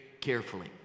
carefully